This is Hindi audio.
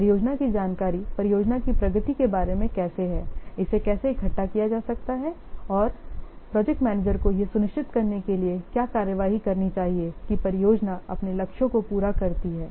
परियोजना की जानकारी परियोजना की प्रगति के बारे में कैसे है इसे कैसे इकट्ठा किया जा सकता है और प्रोजेक्ट मैनेजर को यह सुनिश्चित करने के लिए क्या कार्रवाई करनी चाहिए कि परियोजना अपने लक्ष्यों को पूरा करती है